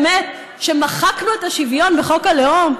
מישהו חושב באמת שמחקנו את השוויון בחוק הלאום?